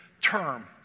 term